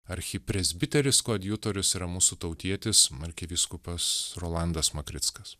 archipresbiteris koadjutorius yra mūsų tautietis arkivyskupas rolandas makrickas